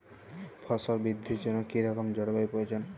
ফসল বৃদ্ধির জন্য কী রকম জলবায়ু প্রয়োজন?